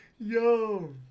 Yo